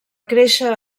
créixer